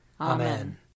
Amen